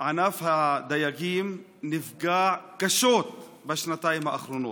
ענף הדייגים נפגע קשות בשנתיים האחרונות,